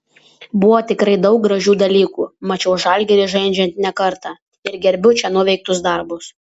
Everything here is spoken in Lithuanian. buvo tikrai daug gražių dalykų mačiau žalgirį žaidžiant ne kartą ir gerbiu čia nuveiktus darbus